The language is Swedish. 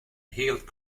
helt